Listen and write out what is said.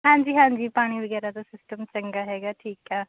ਹਾਂਜੀ ਹਾਂਜੀ ਪਾਣੀ ਵਗੈਰਾ ਦਾ ਸਿਸਟਮ ਚੰਗਾ ਹੈਗਾ ਠੀਕ ਆ